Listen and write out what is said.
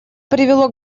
привело